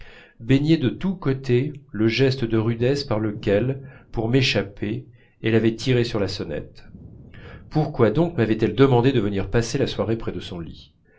baignaient de tous côtés le geste de rudesse par lequel pour m'échapper elle avait tiré sur la sonnette pourquoi donc mavait elle demandé de venir passer la soirée près de son lit